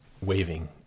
waving